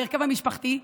בהרכב המשפחתי,